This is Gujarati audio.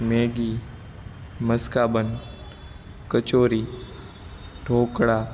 મેગી મસ્કાબન કચોરી ઢોકળા